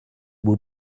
will